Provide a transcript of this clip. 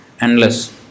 endless